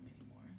anymore